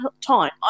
time